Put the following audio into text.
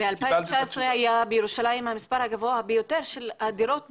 ב-2019 היה בירושלים המספר הגבוה ביותר של הדירות בארץ.